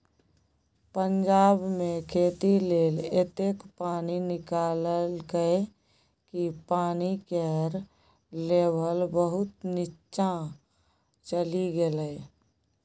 पंजाब मे खेती लेल एतेक पानि निकाललकै कि पानि केर लेभल बहुत नीच्चाँ चलि गेलै